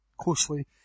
closely